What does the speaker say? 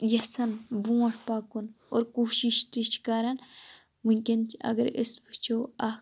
یژھان بونٛٹھ پَکُن اور کوشِش تہِ چھِ کَران ونکیٚن چھِ اَگَر أسۍ وُچھو اَکھ